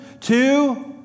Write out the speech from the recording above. two